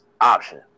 option